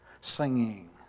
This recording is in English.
singing